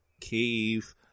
cave